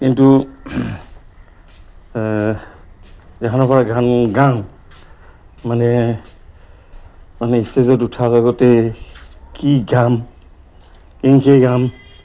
কিন্তু পৰা গান গাম মানে মানে ষ্টেজত উঠাৰ লগতে কি গাম কেংকে গাম